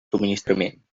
subministrament